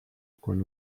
con